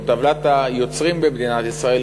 או טבלת היוצרים במדינת ישראל,